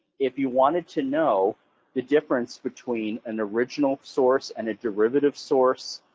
if you wanted to know the difference between an original source and a derivative source,